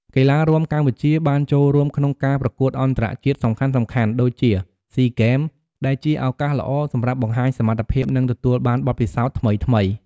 កីឡារាំកម្ពុជាបានចូលរួមក្នុងការប្រកួតអន្តរជាតិសំខាន់ៗ ដូចជា សុីហ្គេម ដែលជាឱកាសល្អសម្រាប់បង្ហាញសមត្ថភាព និងទទួលបានបទពិសោធន៍ថ្មីៗ។